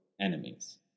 enemies